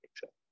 picture